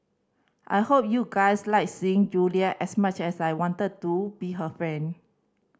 I hope you guys liked seeing Julia as much as I wanted to be her friend